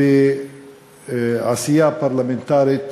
ובעשייה פרלמנטרית